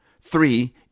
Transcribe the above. Three